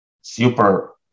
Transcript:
super